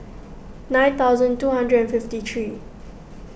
nine thousand two hundred and fifty three